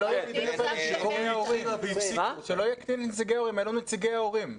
שלא יקטין את נציגי ההורים, אלו נציגי ההורים.